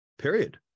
Period